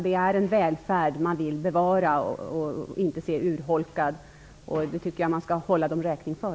Det är en välfärd som man vill bevara och inte se urholkad. Det skall man hålla dem räkning för.